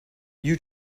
you